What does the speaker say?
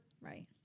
Right